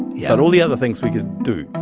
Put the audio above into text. yeah. but all the other things we could do.